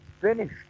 finished